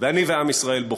ואני ועם ישראל בוכים.